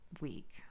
week